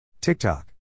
TikTok